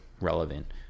relevant